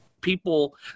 people